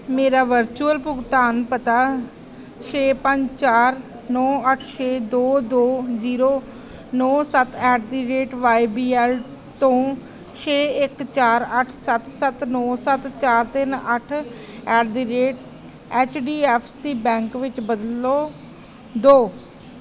ਮੇਰਾ ਵਰਚੁਅਲ ਭੁਗਤਾਨ ਪਤਾ ਛੇ ਪੰਜ ਚਾਰ ਨੌਂ ਅੱਠ ਛੇ ਦੋ ਦੋ ਜ਼ੀਰੋ ਨੌਂ ਸੱਤ at the rate Y B L ਤੋਂ ਛੇ ਇੱਕ ਚਾਰ ਅੱਠ ਸੱਤ ਸੱਤ ਨੌਂ ਸੱਤ ਚਾਰ ਤਿੰਨ ਅੱਠ at the rate H D F C ਵਿੱਚ ਬਦਲ ਦਿਉ